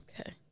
Okay